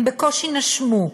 הם בקושי נשמו,